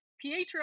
Pietro